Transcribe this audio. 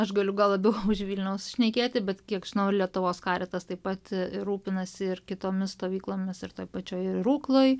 aš galiu gal labiau už vilniaus šnekėti bet kiek žinau lietuvos karitas taip pat rūpinasi ir kitomis stovyklomis ir toj pačioj rukloj